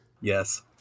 yes